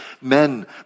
men